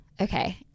okay